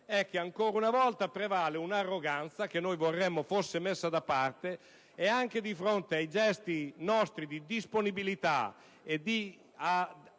è che, ancora una volta, prevale un'arroganza che noi vorremmo fosse messa da parte: anche di fronte ai nostri gesti di disponibilità a dare